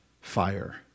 fire